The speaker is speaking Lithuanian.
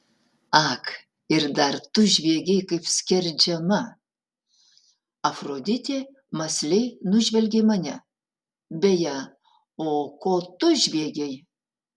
ak ir dar tu žviegei kaip skerdžiama afroditė mąsliai nužvelgė mane beje o ko tu žviegei